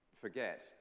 forget